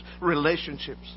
relationships